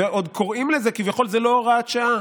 ועוד קוראים לזה כביכול, זה לא הוראת שעה,